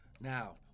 Now